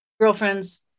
girlfriends